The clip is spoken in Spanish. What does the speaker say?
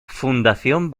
fundación